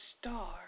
star